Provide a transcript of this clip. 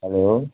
hello